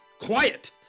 Quiet